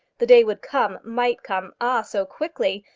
the day would come, might come, ah! so quickly,